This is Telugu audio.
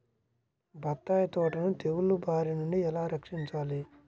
బత్తాయి తోటను తెగులు బారి నుండి ఎలా రక్షించాలి?